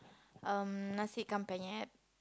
um nasi-ikan-penyet